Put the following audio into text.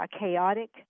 chaotic